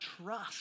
trust